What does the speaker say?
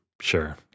Sure